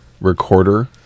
recorder